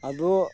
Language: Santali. ᱟᱫᱚ